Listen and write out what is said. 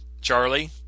Charlie